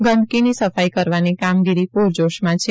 ગંદકીની સફાઈ કરવાની કામગીરી પ્રરજોશમાં છે